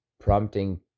prompting